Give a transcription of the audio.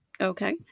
Okay